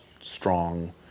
strong